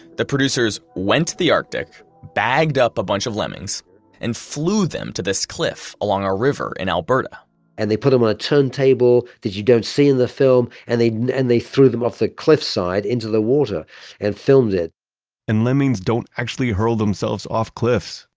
the producers went to the arctic, bagged up a bunch of lemmings and flew them to this cliff along a river in alberta and they put them on ah a turntable that you don't see in the film and they and they threw them off the cliffside into the water and filmed it and lemmings don't actually hurl themselves off cliffs.